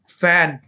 fan